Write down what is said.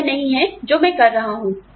यह वह नहीं है जो मैं कर रहा हूं